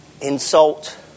insult